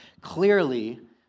Clearly